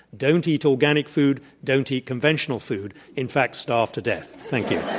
don't eat orga nic food, don't eat conventional food. in fact, starve to death. thank you.